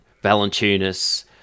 Valentinus